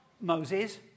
Moses